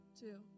two